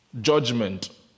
judgment